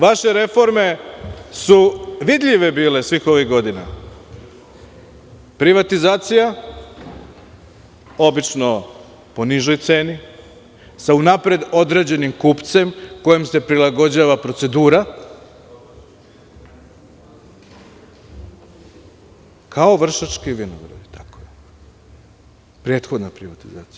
Vaše reforme su bile vidljive svih ovih godina, privatizacija obično po nižoj ceni, sa unapred određenim kupcem kojem se prilagođava procedura, kao „ Vršački vinogradi“, prethodna privatizacija.